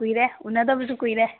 ꯀꯨꯏꯔꯦ ꯎꯅꯗꯕꯁꯨ ꯀꯨꯏꯔꯦ